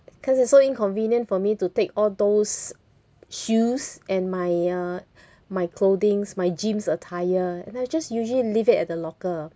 because it's so inconvenient for me to take all those shoes and my uh my clothings my gyms attire I just usually leave it at the locker